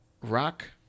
Rock